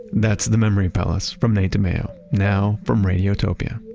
that's the memory palace from nate dimeo. now from radiotopia.